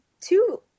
two